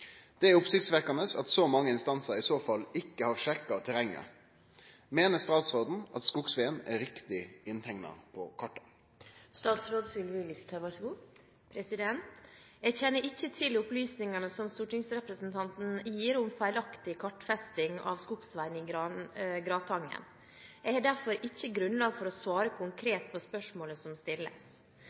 Det er oppsiktsvekkende at så mange instanser i så fall ikke har sjekket terrenget. Mener statsråden at skogsveien er riktig inntegnet på kartet?» Jeg kjenner ikke til opplysningene som stortingsrepresentanten gir om feilaktig kartfesting av skogsveien i Gratangen. Jeg har derfor ikke grunnlag for å svare konkret på spørsmålet som stilles.